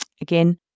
again